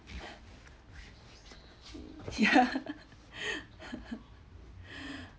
yeah